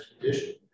condition